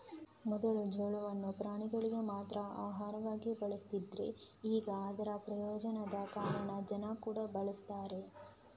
ಮೊದ್ಲು ಜೋಳವನ್ನ ಪ್ರಾಣಿಗಳಿಗೆ ಮಾತ್ರ ಆಹಾರವಾಗಿ ಬಳಸ್ತಿದ್ರೆ ಈಗ ಅದರ ಪ್ರಯೋಜನದ ಕಾರಣ ಜನ ಕೂಡಾ ಬಳಸ್ತಾರೆ